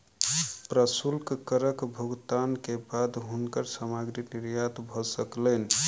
प्रशुल्क करक भुगतान के बाद हुनकर सामग्री निर्यात भ सकलैन